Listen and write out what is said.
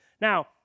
Now